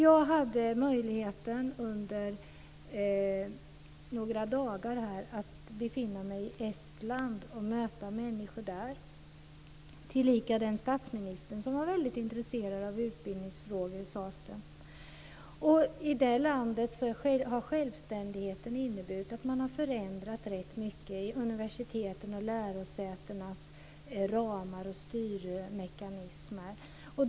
Jag hade under några dagar möjligheten att befinna mig i Estland och möta människor där, däribland statsministern, som sades vara väldigt intresserad av utbildningsfrågor. I det landet har självständigheten inneburit att man har förändrat rätt mycket i universitetens och lärosätenas ramar och styrmekanismer.